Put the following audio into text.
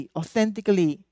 authentically